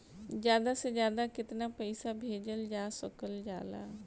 ज्यादा से ज्यादा केताना पैसा भेजल जा सकल जाला?